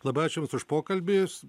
labai ačiū jums už pokalbį